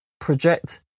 project